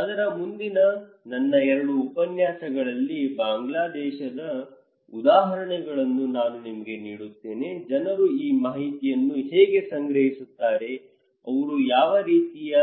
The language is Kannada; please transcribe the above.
ಅದರ ಮುಂದಿನ ನನ್ನ 2 ಉಪನ್ಯಾಸಗಳಲ್ಲಿ ಬಾಂಗ್ಲಾದೇಶದ ಉದಾಹರಣೆಗಳನ್ನು ನಾನು ನಿಮಗೆ ನೀಡುತ್ತೇನೆ ಜನರು ಈ ಮಾಹಿತಿಯನ್ನು ಹೇಗೆ ಸಂಗ್ರಹಿಸುತ್ತಾರೆ ಅವರು ಯಾವ ರೀತಿಯ